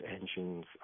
engines